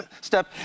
step